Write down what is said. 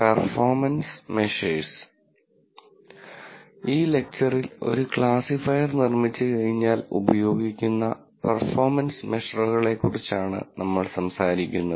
performance measures ഈ ലെക്ച്ചറിൽ ഒരു ക്ലാസിഫയർ നിർമ്മിച്ചുകഴിഞ്ഞാൽ ഉപയോഗിക്കുന്ന പെർഫോമൻസ് മെഷറുകളെക്കുറിച്ചാണ് നമ്മൾ സംസാരിക്കുന്നത്